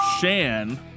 Shan